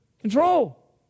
control